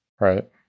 Right